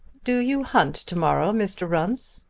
do you hunt to-morrow, mr. runce?